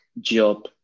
job